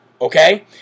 Okay